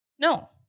No